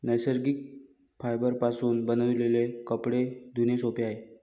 नैसर्गिक फायबरपासून बनविलेले कपडे धुणे सोपे आहे